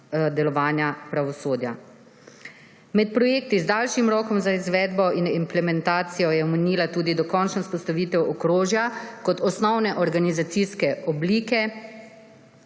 delovanja pravosodja. Med projekti z daljšim rokom za izvedbo in implementacijo je omenila tudi dokončno vzpostavitev okrožja kot osnovne organizacijske enote